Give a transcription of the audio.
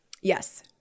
Yes